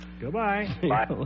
Goodbye